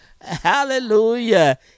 Hallelujah